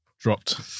Dropped